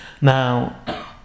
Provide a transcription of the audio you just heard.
Now